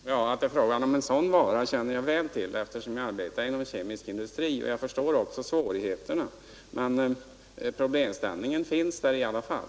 Herr talman! Att det är fråga om en sådan vara känner jag väl till, eftersom jag arbetar inom kemisk industri, och jag förstår också svårigheterna. Men problemställningen finns där i alla fall.